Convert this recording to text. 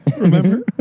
remember